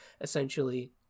essentially